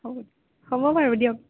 হ'ব হ'ব বাৰু দিয়ক